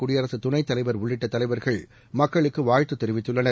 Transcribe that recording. குடியரசு துணைத்தலைவர் உள்ளிட்ட தலைவர்கள் மக்களுக்கு வாழ்த்து தெரிவித்துள்ளனர்